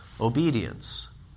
obedience